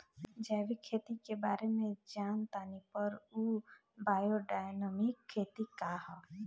जैविक खेती के बारे जान तानी पर उ बायोडायनमिक खेती का ह?